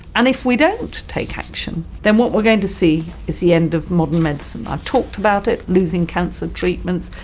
and if we don't take action then what we are going to see is the end of modern medicine. i've talked about it, losing cancer treatments,